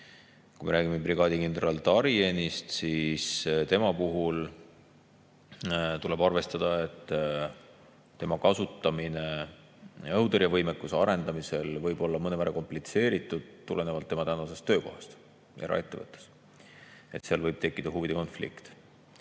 Kui me räägime brigaadikindral Tarienist, siis tema puhul tuleb arvestada, et tema kasutamine õhutõrjevõimekuse arendamisel võib olla mõnevõrra komplitseeritud tulenevalt tema praegusest töökohast eraettevõttes. Seal võib tekkida huvide konflikt.